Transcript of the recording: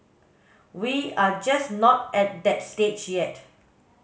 we are just not at that stage yet